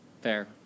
Fair